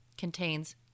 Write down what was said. contains